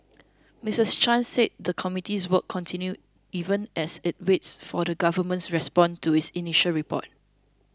Misses Chan said the committee's work continues even as it waits for the Government's response to its initial report